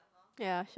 ya